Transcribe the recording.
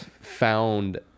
found